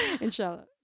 Inshallah